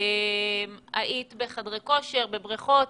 ביקרת בחדרי כושר ובריכות?